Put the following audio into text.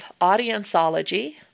Audienceology